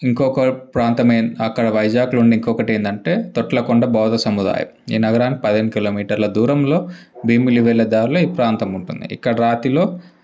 ఇంకొక ప్రాంతం ఏం అక్కడ వైజాగ్లో ఉండే ఇంకొకటి ఏంటంటే తొట్లకొండ బౌద్ధ సముదాయం ఈ నగరానికి పదిహేను కిలోమీటర్ల దూరంలో భీమిలి వెళ్ళే దారిలో ఈ ప్రాంతం ఉంటుంది ఇక్కడ రాతిలో